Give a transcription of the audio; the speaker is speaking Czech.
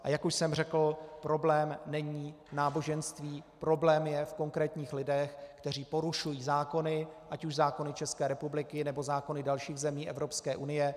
A jak už jsem řekl, problém není náboženství, problém je v konkrétních lidech, kteří porušují zákony, ať už zákony České republiky, nebo zákony dalších zemí Evropské unie.